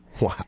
Wow